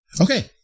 Okay